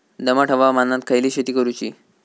दमट हवामानात खयली शेती करूची?